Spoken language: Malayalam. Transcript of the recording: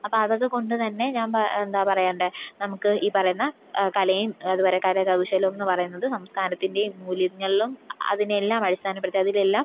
അപ്പ അതൊക്കെക്കൊണ്ട് തന്നെ ഞാൻ എന്താ പറയേണ്ടത് നമുക്ക് ഈ പറയുന്ന കലയും അതുപോലെ കരകൗശലമെന്നും പറയുന്നത് സംസ്കാരത്തിന്റേയും മൂല്യങ്ങളിലും അതിനെല്ലാം അടിസ്ഥാനപ്പെടുത്തി അതിനെല്ലാം